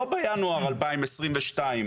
לא בינואר 2022,